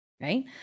right